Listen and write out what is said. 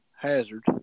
Hazard